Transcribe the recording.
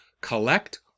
collect